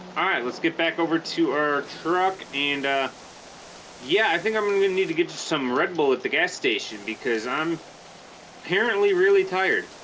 let's get back over to our truck and ah yeah i think i'm gonna gonna need to get some red bull at the gas station because i'm apparently really tired